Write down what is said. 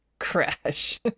crash